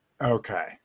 Okay